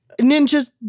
ninjas